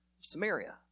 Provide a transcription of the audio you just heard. Samaria